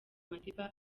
madiba